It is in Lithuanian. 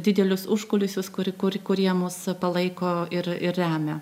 didelius užkulisius kur kur kurie mus palaiko ir remia